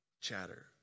chatter